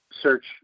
search